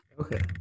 Okay